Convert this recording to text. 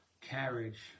carriage